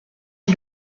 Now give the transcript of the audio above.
est